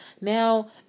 now